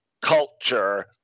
culture